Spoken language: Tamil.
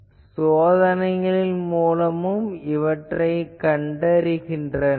மக்கள் சோதனைகளின் மூலமும் கண்டறிகின்றனர்